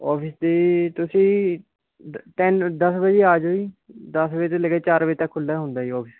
office ਦੀ ਤੁਸੀਂ ten ਦਸ ਵਜੇ ਆ ਜਿਉ ਜੀ ਦਸ ਵਜੇ ਤੋਂ ਲੈ ਕੇ ਚਾਰ ਵਜੇ ਤੱਕ ਖੁੱਲ੍ਹਾ ਹੁੰਦਾ ਹੈ ਜੀ ਔਫਿਸ